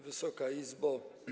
Wysoka Izbo!